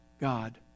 God